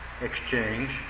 exchange